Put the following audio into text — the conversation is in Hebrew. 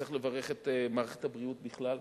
וצריך לברך את מערכת הבריאות בכלל.